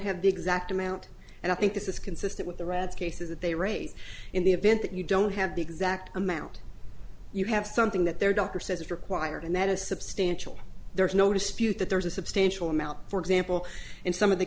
have the exact amount and i think this is consistent with the rads cases that they raise in the event that you don't have the exact amount you have something that their doctor says is required and that is substantial there's no dispute that there's a substantial amount for example in some of the